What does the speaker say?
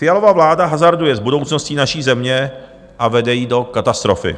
Fialova vláda hazarduje s budoucností naší země a vede ji do katastrofy.